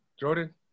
Jordan